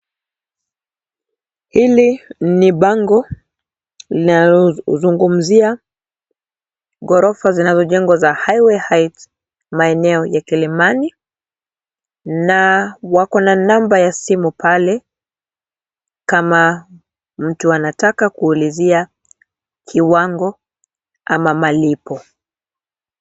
Hili ni bango linalozungumzia ghorofa zinazojengwa ya Highway Heights maeneo ya Kilimani na wako na namba ya simu pale kama mtu anataka kuulizia kiwango ama malipo.